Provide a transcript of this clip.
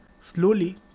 Slowly